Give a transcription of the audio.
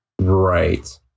Right